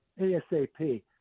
ASAP